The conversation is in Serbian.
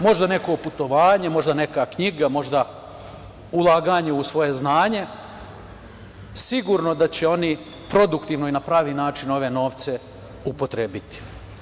Možda neko putovanje, možda neka knjiga, možda neko ulaganje u svoje znanje, sigurno je da će oni produktivno i na pravi način ove novce upotrebiti.